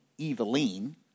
Eveline